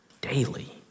daily